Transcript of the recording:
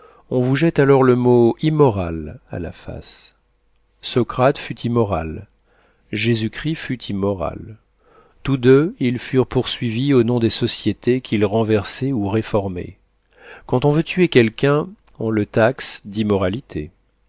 on vous jette alors le mot immoral à la face socrate fut immoral jésus-christ fut immoral tous deux ils furent poursuivis au nom des sociétés qu'ils renversaient ou réformaient quand on veut tuer quelqu'un on le taxe d'immoralité